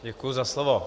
Děkuji za slovo.